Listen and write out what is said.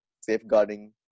safeguarding